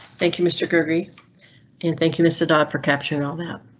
thank you mr gregory and thank you mr dodd for capturing all that